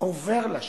עובר לשביתה,